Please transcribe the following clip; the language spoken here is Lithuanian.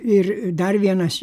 ir dar vienas